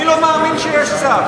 אני לא מאמין שיש צו.